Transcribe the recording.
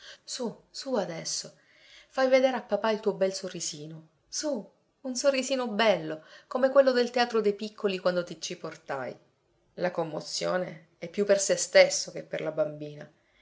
su su adesso fai vedere a papà il tuo bel sorrisino su un sorrisino bello come quello del teatro dei piccoli quando ti ci portai la commozione è più per se stesso che per la bambina